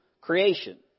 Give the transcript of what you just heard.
creation